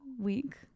week